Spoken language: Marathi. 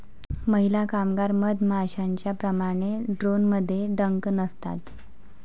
महिला कामगार मधमाश्यांप्रमाणे, ड्रोनमध्ये डंक नसतात